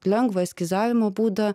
lengvą eskizavimo būdą